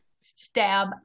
Stab